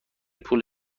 پول